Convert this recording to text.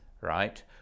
Right